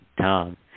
Tom